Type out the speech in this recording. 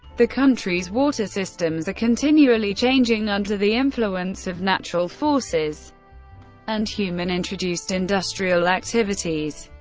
the country's water systems are continually changing under the influence of natural forces and human introduced industrial activities.